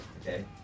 okay